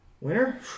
Winner